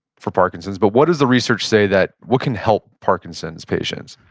for parkinson's, but what does the research say that, what can help parkinson's patients?